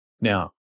Now